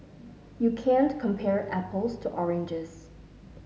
you can't compare apples to oranges